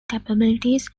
capabilities